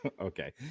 okay